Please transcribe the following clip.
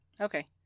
Okay